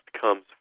comes